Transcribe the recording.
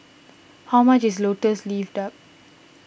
how much is Lotus Leaf Duck